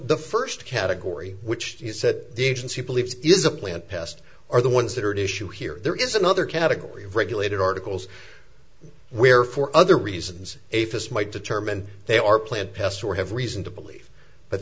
the first category which he said the agency believes is a plant pest are the ones that are at issue here there is another category of regulated articles where for other reasons a fist might determine they are plant pests or have reason to believe